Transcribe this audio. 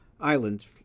island